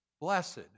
Blessed